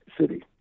city